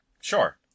Sure